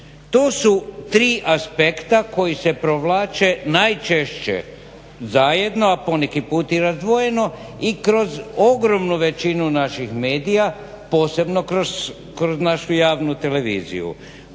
Tu su tri aspekta koji se provlače najčešće zajedno, a poneki put i razdvojeno i kroz ogromnu većinu naših medija posebno kroz našu javnu televiziju.